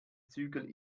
zügel